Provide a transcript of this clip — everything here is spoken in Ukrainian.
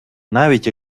навіть